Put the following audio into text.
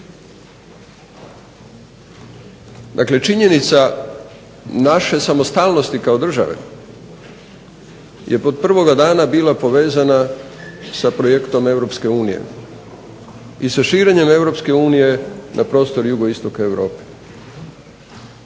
Dakle činjenica naše samostalnosti kao države je od prvoga dana bila povezana sa projektom Europske unije i sa širenjem Europske unije na prostor jugoistoka Europe.